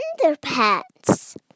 underpants